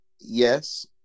yes